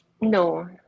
No